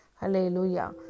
Hallelujah